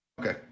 Okay